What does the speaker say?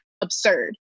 absurd